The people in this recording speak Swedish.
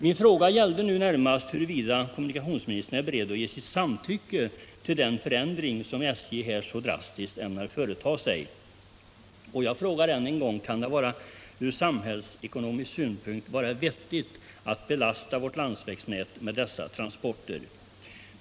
Min fråga i dag gäller närmast huruvida kommunikationsministern är beredd att ge sitt samtycke till den förändring som SJ här så drastiskt ämnar företa. Jag frågar än en gång: Kan det verkligen från samhällsekonomisk synpunkt vara vettigt att belasta vårt landsvägsnät med dessa tunga transporter?